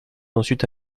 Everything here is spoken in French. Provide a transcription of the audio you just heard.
ensuite